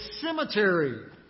cemetery